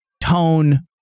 tone